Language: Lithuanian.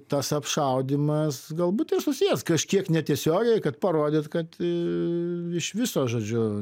tas apšaudymas galbūt ir susijęs kažkiek netiesiogiai kad parodyt kad iš viso žodžiu